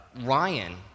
Ryan